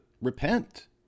repent